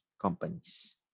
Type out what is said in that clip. companies